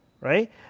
right